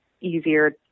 easier